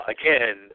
again